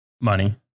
Money